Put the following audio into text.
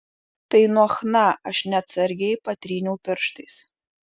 tai nuo chna aš neatsargiai patryniau pirštais